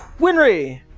Winry